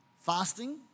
Fasting